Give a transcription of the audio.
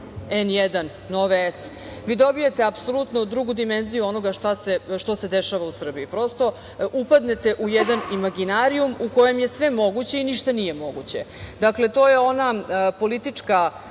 N1, Nove S, vi dobijate apsolutno drugu dimenziju onoga što se dešava u Srbiji. Prosto, upadnete u jedan imaginarijum u kojem je sve moguće i ništa nije moguće. Dakle, to je ona politička